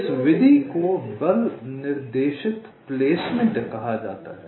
इस विधि को बल निर्देशित प्लेसमेंट कहा जाता है